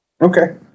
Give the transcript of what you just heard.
Okay